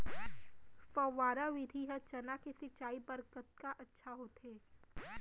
फव्वारा विधि ह चना के सिंचाई बर कतका अच्छा होथे?